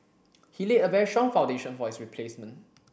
he laid a very strong foundation for his replacement